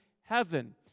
heaven